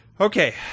okay